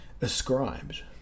ascribed